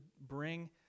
bring